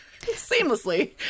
seamlessly